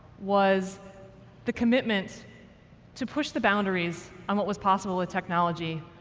was the commitment to push the boundaries and what was possible with technology,